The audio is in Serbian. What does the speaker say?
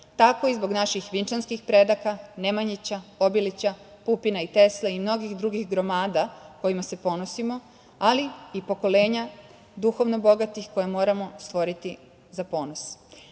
tako i zbog naših vinčanskih predaka, Nemanjića, Obilića, Pupina i Tesle i mnogih drugih gromada kojima se ponosimo, ali i pokolenja duhovno bogatih koje moramo stvoriti za ponos.Za